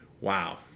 wow